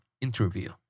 interview